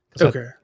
Okay